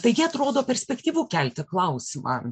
taigi atrodo perspektyvu kelti klausimą